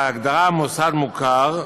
בהגדרה "'מוסד מוכר',